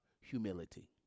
humility